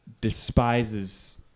despises